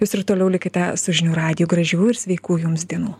jūs ir toliau likite su žinių radiju gražių ir sveikų jums dienų